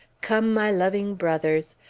come, my loving brothers,